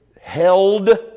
held